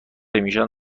ایشان